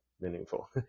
meaningful